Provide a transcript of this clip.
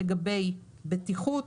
לגבי בטיחות,